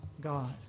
God